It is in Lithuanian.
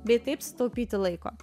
bei taip sutaupyti laiko